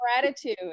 Gratitude